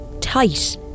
tight